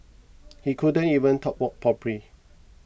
he couldn't even talk walk properly